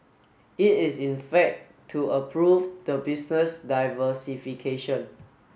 it is in fact to approve the business diversification